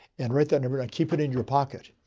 and write that number and keep it in your pocket.